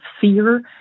fear